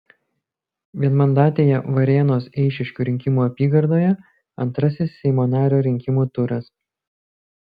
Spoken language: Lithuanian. vienmandatėje varėnos eišiškių rinkimų apygardoje antrasis seimo nario rinkimų turas